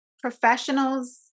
professionals